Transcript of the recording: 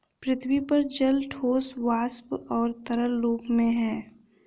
पृथ्वी पर जल ठोस, वाष्प और तरल रूप में है